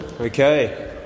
Okay